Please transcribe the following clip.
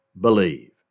believe